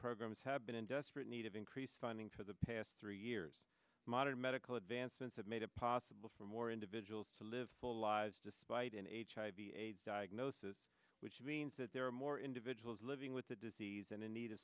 programs have been in desperate need of increased funding for the past three years modern medical advancements have made it possible for more individuals to live full lives despite an h i b aids diagnosis which means that there are more individuals living with it cs and in need of